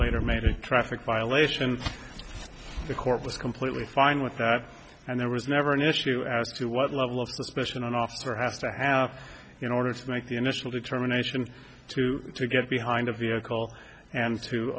later made a traffic violation the court was completely fine with that and there was never an issue as to what level of suspicion an officer has to have in order to make the initial determination to get behind a vehicle and to